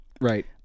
Right